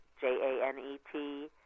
J-A-N-E-T